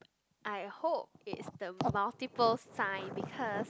I hope it's the multiple sign because